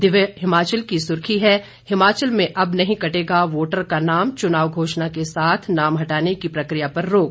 दिव्य हिमाचल की सुर्खी है हिमाचल में अब नहीं कटेगा वोटर का नाम चुनाव घोषणा के साथ नाम हटाने की प्रक्रिया पर रोक